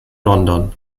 london